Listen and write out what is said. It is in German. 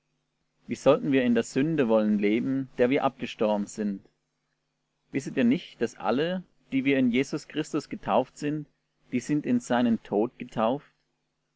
wie sollten wir in der sünde wollen leben der wir abgestorben sind wisset ihr nicht daß alle die wir in jesus christus getauft sind die sind in seinen tod getauft